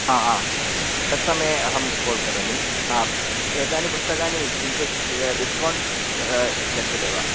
तत्समये अहं कोल् करोमि एतानि पुस्तकानि किञ्चित् डिस्कौण्ट् लभ्यते वा